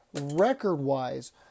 record-wise